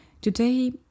Today